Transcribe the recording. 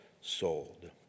sold